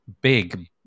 big